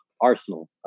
arsenal